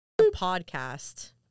podcast